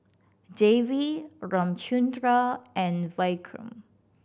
Devi Ramchundra and Vikram